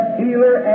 healer